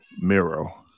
Miro